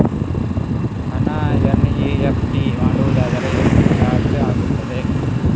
ಹಣ ಎನ್.ಇ.ಎಫ್.ಟಿ ಮಾಡುವುದಾದರೆ ಎಷ್ಟು ಚಾರ್ಜ್ ಆಗುತ್ತದೆ?